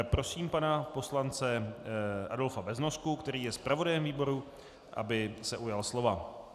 Prosím pana poslance Adolfa Beznosku, který je zpravodajem výboru, aby se ujal slova.